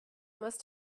must